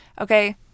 Okay